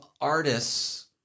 artists